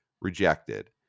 rejected